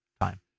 time